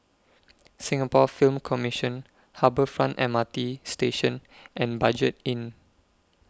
Singapore Film Commission Harbour Front M R T Station and Budget Inn